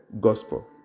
gospel